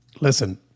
Listen